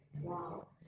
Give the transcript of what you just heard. Wow